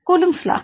Coulomb's லா